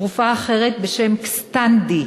תרופה אחרת בשם "קסטנדי"